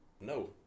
No